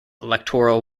electoral